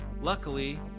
Luckily